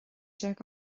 déag